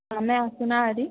ତୁମେ ଆସୁନ ଭାରି